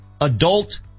adult